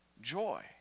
joy